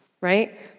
right